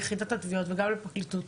ליחידת התביעות וגם לפרקליטות,